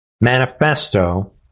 manifesto